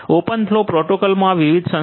OpenFlow પ્રોટોકોલનાં આ વિવિધ સંસ્કરણો 1